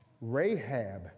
Rahab